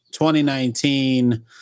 2019